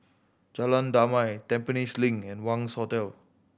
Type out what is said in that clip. Jalan Damai Tampines Link and Wangz Hotel